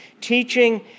teaching